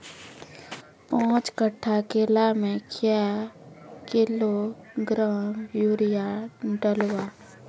पाँच कट्ठा केला मे क्या किलोग्राम यूरिया डलवा?